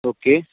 okay